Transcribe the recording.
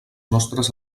nostres